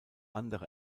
andere